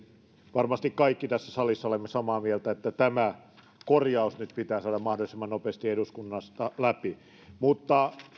varmasti kaikki tässä salissa olemme samaa mieltä että tämä korjaus nyt pitää saada mahdollisimman nopeasti eduskunnasta läpi mutta